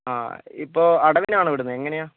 ആ ഇപ്പോൾ അടവിനാണോ ഇടുന്നത് എങ്ങനെയാ